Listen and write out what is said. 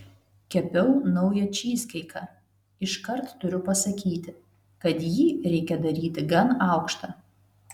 kepiau naują čyzkeiką iškart turiu pasakyti kad jį reikia daryti gan aukštą